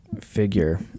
figure